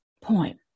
point